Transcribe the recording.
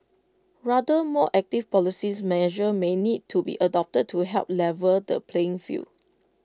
rather more active policies measures may need to be adopted to help level the playing field